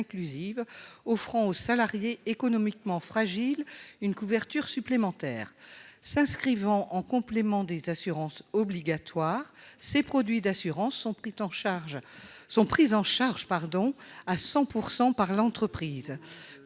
offrant aux salariés économiquement fragiles une couverture supplémentaire. Complémentaires des assurances obligatoires, ces produits d'assurance sont pris en charge à 100 % par l'entreprise.